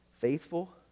faithful